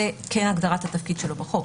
זאת כן הגדרת התפקיד שלו בחוק.